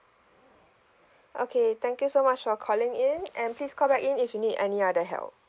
okay thank you so much for calling in and please callback in if you need any other help